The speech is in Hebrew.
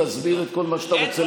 תסביר את כל מה שאתה רוצה,